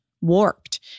warped